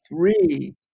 three